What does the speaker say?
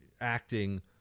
acting